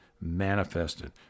manifested